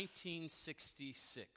1966